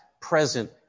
present